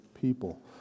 people